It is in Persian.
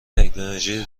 تکنولوژی